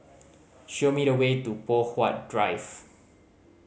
show me the way to Poh Huat Drive